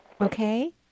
Okay